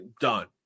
done